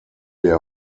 der